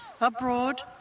Abroad